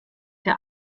der